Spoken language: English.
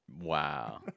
Wow